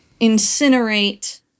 incinerate